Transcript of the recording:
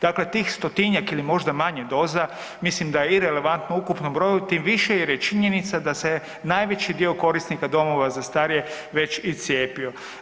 Dakle tih 100—tinjak ili možda manje doza, mislim da je irelevantno ukupnom broju tim više jer je činjenica da se najveći dio korisnika domova za starije već i cijepio.